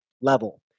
level